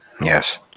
Yes